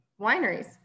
wineries